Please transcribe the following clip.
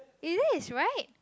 it is right